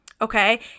okay